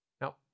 Now